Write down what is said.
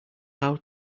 how